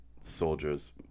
soldiers